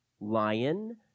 lion